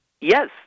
Yes